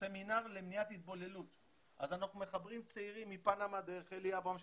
סמינר למניעת התבוללות אז אנחנו מחברים צעירים מפנמה דרך אלי אברהם,